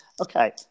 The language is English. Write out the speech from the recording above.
okay